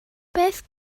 beth